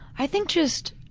i think just